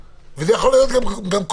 וזה יכול להיות גם קודם.